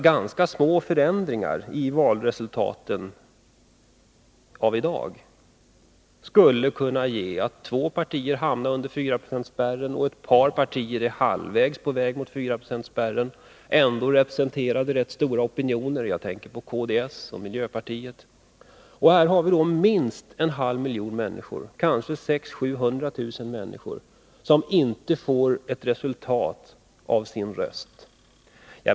Ganska små förändringar i valresultatet av i dag skulle kunna medföra att två partier hamnar under 4-procentsspärren och att ett par partier är halvvägs på väg mot 4-procentsspärren. Ändå representerar de rätt stora opinioner. Jag tänker på t.ex. kds och miljöpartiet. Minst en halv miljon människor, kanske 600 000-700 000, får inte ett resultat av sin röst.